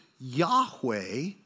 Yahweh